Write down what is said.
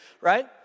right